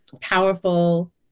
powerful